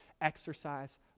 exercise